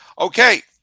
Okay